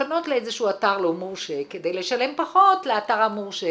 לפנות לאיזשהו אתר לא מורשה כדי לשלם פחות לאתר המורשה.